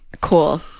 cool